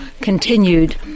continued